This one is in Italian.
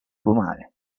fumare